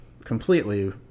completely